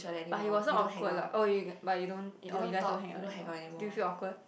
but he wasn't awkward lah oh you but you don't oh you all don't hang out anymore do you feel awkward